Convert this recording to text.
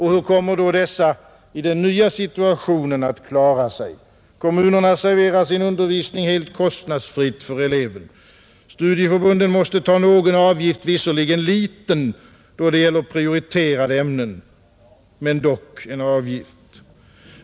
Hur kommer då dessa att klara sig i den nya situationen? Kommunerna serverar sin undervisning helt kostnadsfritt för eleven. Studieförbunden måste ta någon avgift, visserligen liten då det gäller prioriterade ämnen, men dock en avgift.